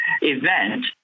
event